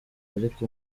ariko